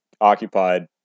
occupied